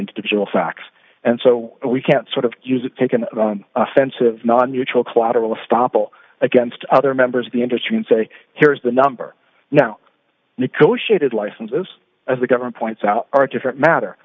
individual facts and so we can sort of use it take an offensive non neutral collateral estoppel against other members of the industry and say here's the number now negotiated licenses of the government points out are a different matter